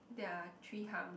there are three humps